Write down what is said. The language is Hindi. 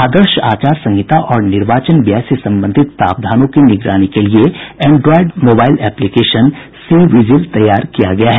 आदर्श आचार संहिता और निर्वाचन व्यय से संबंधित प्रावधानों की निगरानी के लिए android mobile application C vigil तैयार किया गया है